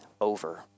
over